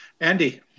Andy